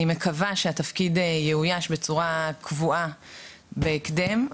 אני מקווה שהתפקיד יאויש בצורה קבועה בהקדם.